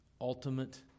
ultimate